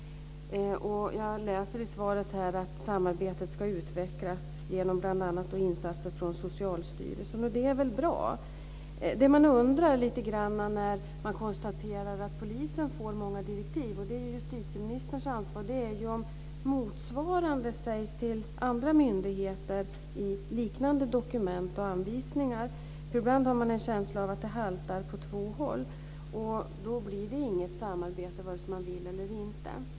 Jag läser i svaret att samarbetet ska utvecklas genom bl.a. insatser från Socialstyrelsen. Och det är väl bra. Det jag undrar lite grann när man konstaterar att polisen får många direktiv - och det är justitieministerns ansvar - är om motsvarande sägs till andra myndigheter i liknande dokument och anvisningar. Ibland har jag en känsla av att det haltar på två håll, och då blir det inget samarbete vare sig man vill eller inte.